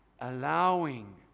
allowing